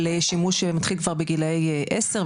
על שימוש שמתחיל כבר בגיל עשר,